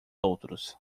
outros